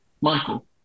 Michael